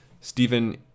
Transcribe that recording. Stephen